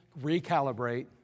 recalibrate